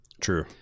True